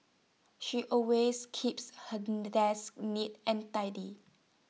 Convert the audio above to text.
she always keeps her desk neat and tidy